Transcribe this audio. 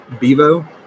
Bevo